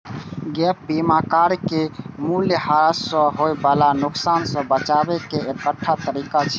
gap बीमा car के मूल्यह्रास सं होय बला नुकसान सं बचाबै के एकटा तरीका छियै